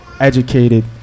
educated